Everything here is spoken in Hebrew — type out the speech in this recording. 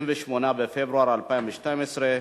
התשע"ב 2012,